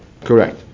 Correct